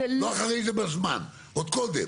לא אחרי זה בזמן, עוד קודם.